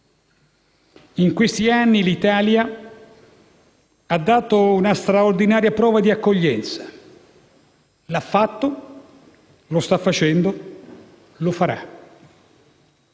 ultimi anni l'Italia ha dato una straordinaria prova di accoglienza: lo ha fatto, lo sta facendo e lo farà.